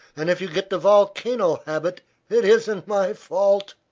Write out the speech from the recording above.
and if you get the volcano habit it isn't my fault.